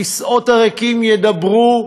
הכיסאות הריקים ידברו,